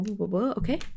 okay